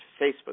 Facebook